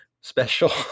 special